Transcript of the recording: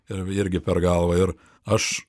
ir irgi per galvą ir aš